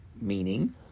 meaning